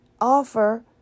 offer